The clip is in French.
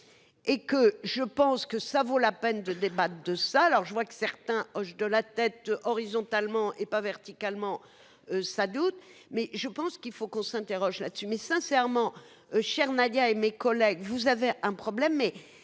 Et que je pense que ça vaut la peine de débat de ça alors je vois que certains hoche de la tête horizontalement et pas verticalement. Ça doute mais je pense qu'il faut qu'on s'interroge là-dessus mais sincèrement chers Nadia et mes collègues, vous avez un problème,